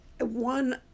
one